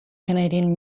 canadian